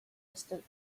distant